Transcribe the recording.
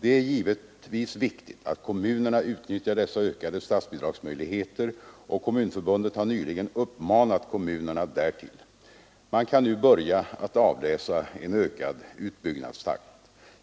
Det är givetvis viktigt att kommunerna utnyttjar dessa ökade statsbidragsmöjligheter, och Kommunförbundet har nyligen uppmanat kommunerna därtill. Man kan nu börja att avläsa en ökad utbyggnadstakt.